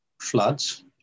floods